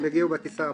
הם יגיעו בטיסה הבאה.